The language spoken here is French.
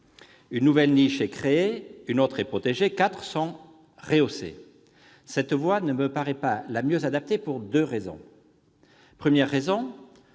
Une nouvelle niche est créée, une autre est prorogée, quatre sont rehaussées. Or une telle voie ne me paraît pas la mieux adaptée, et ce pour deux raisons. En premier lieu,